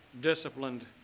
disciplined